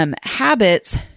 Habits